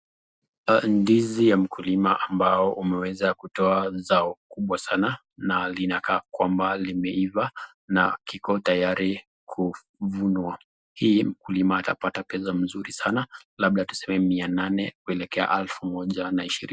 Ndizi ya mkulima ambayo imeweza kutoa zao kubwa sana na linakaa kwamba limeiva na kiko tayari kuvunwa, hii mkulima anapata pesa mzuri sana labda tuseme mia nane kuelekea alfu moja na ishirini.